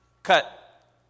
Cut